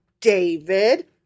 David